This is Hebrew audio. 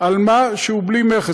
על מה שהוא בלי מכס.